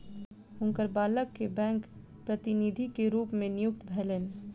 हुनकर बालक के बैंक प्रतिनिधि के रूप में नियुक्ति भेलैन